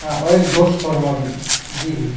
और एक गोश्त क़ोरमा भी जी भय्या